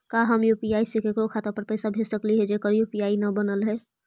का हम यु.पी.आई से केकरो खाता पर पैसा भेज सकली हे जेकर यु.पी.आई न बनल है?